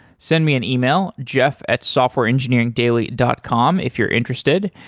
send me an email, jeff at softwareengineeringdaily dot com if you're interested.